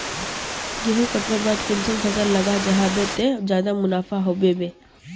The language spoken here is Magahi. गेंहू कटवार बाद कुंसम फसल लगा जाहा बे ते ज्यादा मुनाफा होबे बे?